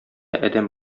адәм